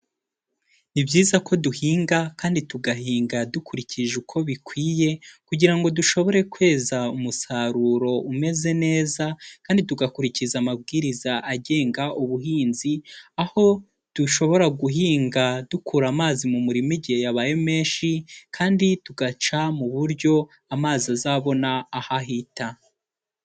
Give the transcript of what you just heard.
Ni byiza ko duhinga kandi tugahinga dukurikije uko bikwiye, kugira ngo dushobore kweza umusaruro umeze neza, kandi tugakurikiza amabwiriza agenga ubuhinzi, aho dushobora guhinga dukura amazi mu murima igihe yabaye menshi, kandi tugaca mu buryo amazi azabona aho ahita.